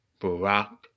Barack